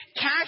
cash